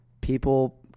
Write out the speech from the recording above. people